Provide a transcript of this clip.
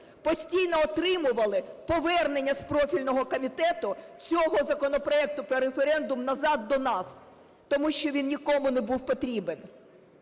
постійно отримували повернення з профільного комітету цього законопроекту про референдум назад до нас, тому що він нікому не був потрібен.